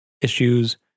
issues